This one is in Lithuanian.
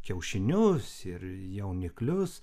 kiaušinius ir jauniklius